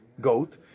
goat